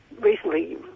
Recently